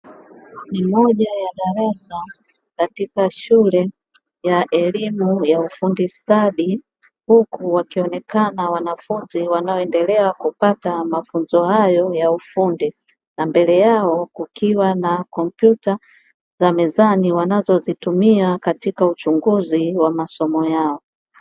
Ni moja ya darasa katika shule ya elimu ya ufundi stadi, huku wakionekana wanafunzi wanaoendelea kupata mafunzo hayo ya ufundi na mbele yao kukiwa na kompyuta za mezani wanazozitumia katika uchunguzi wa masomo yao.